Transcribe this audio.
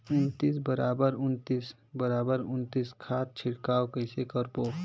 उन्नीस बराबर उन्नीस बराबर उन्नीस खाद छिड़काव कइसे करबो?